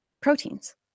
Proteins